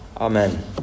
amen